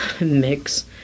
mix